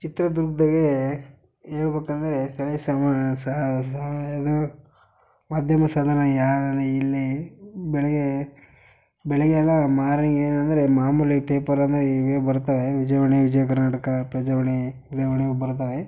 ಚಿತ್ರದುರ್ಗದಾಗೆ ಹೇಳ್ಬೋಕಂದ್ರೆ ಸರ್ವೇ ಸಾಮಾ ಏನು ಮಾಧ್ಯಮ ಇಲ್ಲಿ ಬೆಳಿಗ್ಗೆ ಬೆಳಿಗ್ಗೆ ಎಲ್ಲ ಮಾರಿ ಏನಂದರೆ ಮಾಮೂಲಿ ಪೇಪರ್ ಅಂದರೆ ಇವೇ ಬರ್ತವೆ ವಿಜಯವಾಣಿ ವಿಜಯ ಕರ್ನಾಟಕ ಪ್ರಜಾವಾಣಿ ಉದಯವಾಣಿ ಬರ್ತವೆ